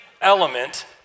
element